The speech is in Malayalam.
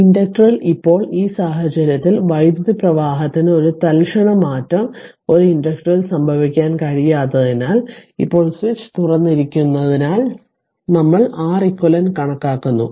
അതിനാൽ ഇൻഡക്റ്ററിൽ ഇപ്പോൾ ഈ സാഹചര്യത്തിൽ വൈദ്യുത പ്രവാഹത്തിൽ ഒരു തൽക്ഷണ മാറ്റം ഒരു ഇൻഡക്ടറിൽ സംഭവിക്കാൻ കഴിയാത്തതിനാൽ ഇപ്പോൾ സ്വിച്ച് തുറന്നിരിക്കുന്നതിനാൽ നമ്മൾ Req കണക്കാക്കുന്നു